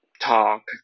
talk